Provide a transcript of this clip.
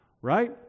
right